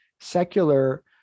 secular